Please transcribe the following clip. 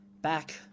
Back